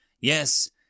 Yes